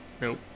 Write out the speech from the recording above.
Nope